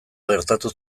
gertatu